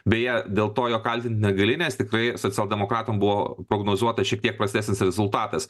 beje dėl to jo kaltint negali nes tikrai socialdemokratam buvo prognozuota šiek tiek prastesnis rezultatas